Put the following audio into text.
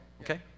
Okay